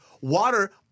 water –